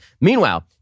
Meanwhile